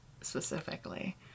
specifically